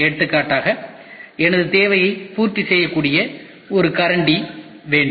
எடுத்துக்காட்டாக எனது தேவையை பூர்த்தி செய்யக்கூடிய ஒரு கரண்டி வேண்டும்